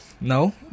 no